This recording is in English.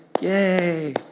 yay